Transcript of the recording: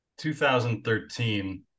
2013